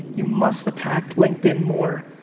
you must attack linkedin more.